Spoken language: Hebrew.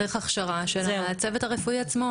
צריך הכשרה של הצוות הרפואי עצמו.